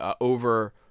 over